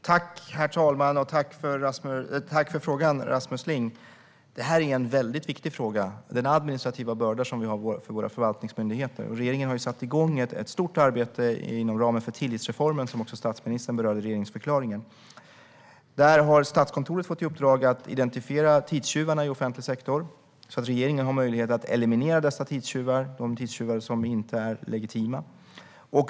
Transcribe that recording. Herr talman! Tack för frågan, Rasmus Ling! Det är en mycket viktig fråga, om de administrativa bördor som vi har på våra förvaltningsmyndigheter. Regeringen har satt igång ett stort arbete inom ramen för tillitsreformen, som statsministern berörde i regeringsförklaringen. Statskontoret har fått i uppdrag att identifiera tidstjuvarna i offentlig sektor, så att regeringen har möjlighet att eliminera de tidstjuvar som inte är legitima.